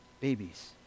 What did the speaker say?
babies